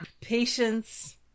Patience